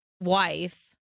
wife